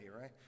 right